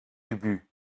ubu